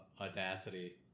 Audacity